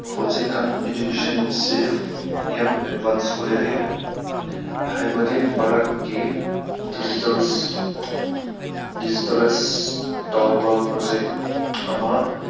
ꯍꯧꯖꯤꯛꯀꯥꯟ ꯏꯗꯨꯀꯦꯁꯟꯁꯦ ꯌꯥꯝ ꯑꯦꯟꯚꯥꯟꯁ ꯑꯣꯏꯔꯦ ꯍꯥꯏꯕꯗꯤ ꯚꯥꯔꯠꯛꯒꯤ ꯗꯤꯖꯤꯇꯦꯜꯁ ꯗꯤꯖꯤꯇꯦꯂꯤꯁ ꯇꯧꯕ ꯄ꯭ꯔꯣꯖꯦꯛ ꯑꯃ